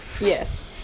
Yes